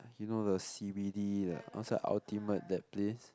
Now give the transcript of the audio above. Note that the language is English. you know the c_b_d the outside ultimate that place